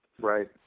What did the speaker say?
Right